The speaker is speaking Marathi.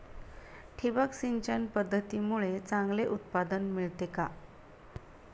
ठिबक सिंचन पद्धतीमुळे चांगले उत्पादन मिळते का?